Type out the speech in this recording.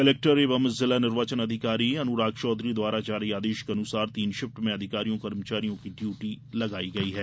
collector एवं जिला निर्वाचन अधिकारी अनुराग चौधरी द्वारा जारी आदेश के अनुसार तीन शिफ्ट में अधिकारियों कर्मचारियों की ड्यूटी लगाई गई है